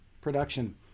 production